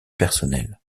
personnel